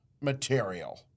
material